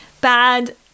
bad